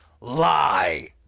lie